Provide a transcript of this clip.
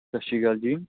ਸਤਿ ਸ਼੍ਰੀ ਅਕਾਲ ਜੀ